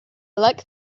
like